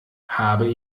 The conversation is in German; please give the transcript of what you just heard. habe